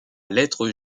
lettre